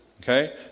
Okay